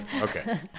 Okay